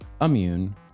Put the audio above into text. immune